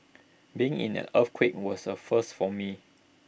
being in an earthquake was A first for me